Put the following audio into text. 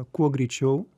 kuo greičiau